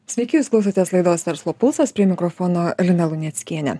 sveiki jūs klausotės laidos verslo pulsas prie mikrofono lina luneckienė